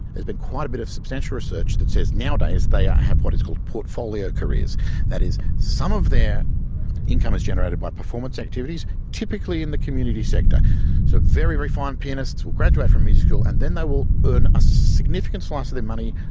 there's been quite a bit of substantial research that says nowadays they have what is called portfolio careers that is, some of their income is generated by performance activities, typically in the community sector so very, very fine pianists will graduate from music school and then they will earn a significant slice of their money,